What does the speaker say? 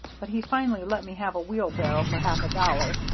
but he finally let me have a wheelbarrow for half a dollar,